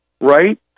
right